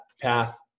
path